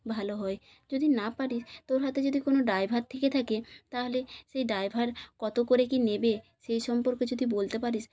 ভালো হয় যদি না পারিস তোর হাতে যদি কোন ড্রাইভার থেকে থাকে তাহলে সেই ড্রাইভার কত করে কি নেবে সেই সম্পর্কে যদি বলতে পারিস